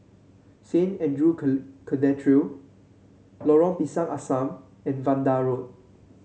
Saint Andrew Cathedral Lorong Pisang Asam and Vanda Road